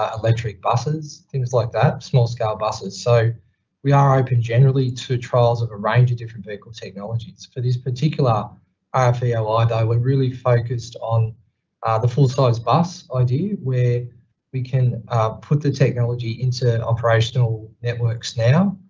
ah electric buses, things like that, small scale buses. so we are open generally to trials of a range of different vehicle technologies. for this particular ah rfeoi though we're really focused on ah the full size bus idea where we can put the technology into operational networks now,